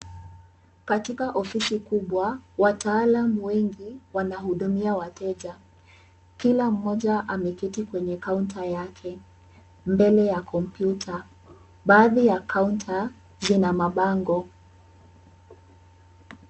Katika ofisi kubwa, wataalamu wengi wanahudumia wateja. Kila mmoja ameketi kwenye kaunta yake mbele ya kompyuta. Baadhi ya kaunta zina mabango.